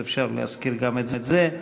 אז אפשר להזכיר גם את זה.